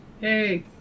Hey